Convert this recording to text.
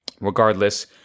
Regardless